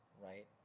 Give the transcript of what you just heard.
right